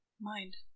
mind